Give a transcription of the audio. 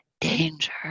danger